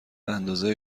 اندازه